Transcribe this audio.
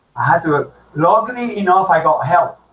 had to luckily me enough i got help.